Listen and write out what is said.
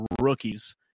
rookies